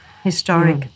Historic